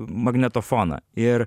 magnetofoną ir